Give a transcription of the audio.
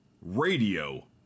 Radio